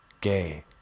gay